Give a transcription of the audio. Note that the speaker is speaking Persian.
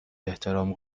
احترام